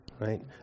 right